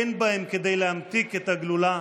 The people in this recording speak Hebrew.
אין בהם כדי להמתיק את הגלולה.